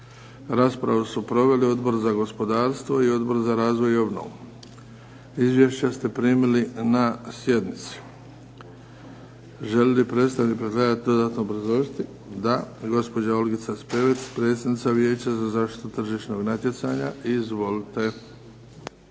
Raspravu su proveli Odbor za gospodarstvo i Odbor za razvoj i obnovu. Izvješća ste primili na sjednici. Želi li predstavnik predlagatelja dodatno obrazložiti? Da. Gospođa Olgica Spevec, predsjednica Vijeća za zaštitu tržišnog natjecanja. Izvolite.